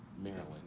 Maryland